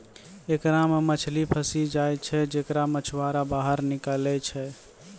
एकरा मे मछली फसी जाय छै जेकरा मछुआरा बाहर निकालि लै छै